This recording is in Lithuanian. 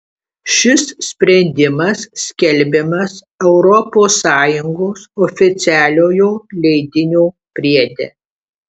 šis sprendimas skelbiamas europos sąjungos oficialiojo leidinio priede